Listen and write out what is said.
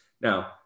Now